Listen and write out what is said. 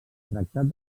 tractat